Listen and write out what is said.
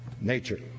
nature